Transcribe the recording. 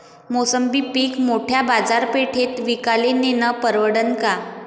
मोसंबी पीक मोठ्या बाजारपेठेत विकाले नेनं परवडन का?